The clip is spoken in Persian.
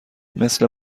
مثل